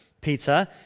Peter